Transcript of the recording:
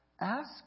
ask